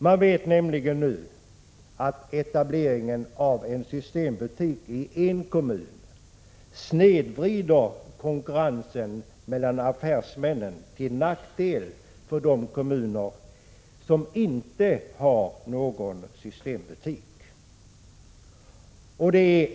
Man vet nämligen nu att etableringen av en systembutik i en kommun snedvrider konkurrensen mellan affärsmännen till nackdel för de kommuner som inte har någon systembutik.